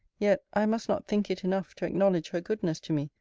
yet i must not think it enough to acknowledge her goodness to me,